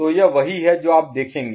तो यह वही है जो आप देखेंगे